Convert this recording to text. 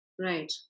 Right